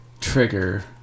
trigger